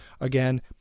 again